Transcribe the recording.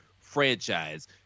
franchise